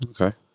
Okay